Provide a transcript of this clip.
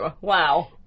Wow